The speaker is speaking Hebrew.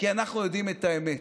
כי אנחנו יודעים את האמת: